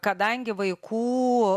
kadangi vaikų